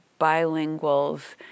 bilinguals